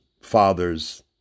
fathers